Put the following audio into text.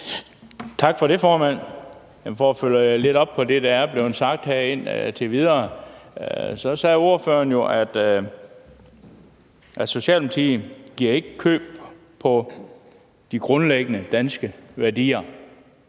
Tak for det, formand. Jeg vil følge lidt op på det, der er blevet sagt indtil videre. Socialdemokratiet sagde, at de ikke giver køb på de grundlæggende danske værdier.